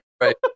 right